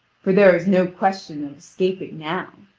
for there is no question of escaping now.